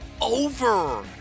over